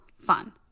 fun